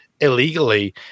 illegally